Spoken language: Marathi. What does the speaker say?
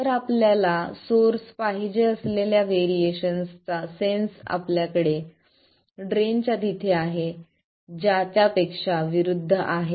तर आपल्याला सोर्स पाहिजे असलेल्या व्हेरिएशन चा सेन्स आपल्याकडे ड्रेन च्या तिथे जे आहे त्याच्यापेक्षा विरूद्ध आहे